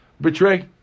Betray